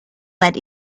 that